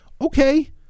Okay